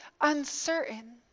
uncertain